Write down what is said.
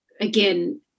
again